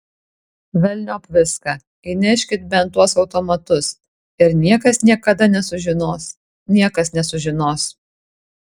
velniop viską įneškit bent tuos automatus ir niekas niekada nesužinos niekas nesužinos